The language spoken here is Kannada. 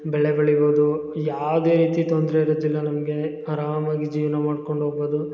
ಬೆಳೆ ಬೆಳಿಬೋದು ಯಾವುದೇ ರೀತಿ ತೊಂದರೆ ಇರೋದಿಲ್ಲ ನಮಗೆ ಆರಾಮಾಗಿ ಜೀವನ ಮಾಡ್ಕೊಂಡು ಹೋಗ್ಬೋದು